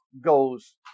goes